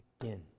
again